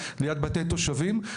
ליד בתי תושבים.